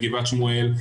בגבעת שמואל,